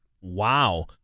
Wow